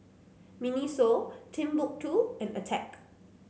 Miniso Timbuk two and Attack